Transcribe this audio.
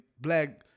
Black